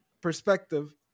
perspective